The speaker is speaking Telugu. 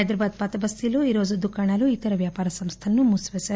హైదరాబాద్ పాతబస్తీలో ఈరోజు దుకాణాలు ఇతర వ్యాపార సంస్థలను మూసిపేశారు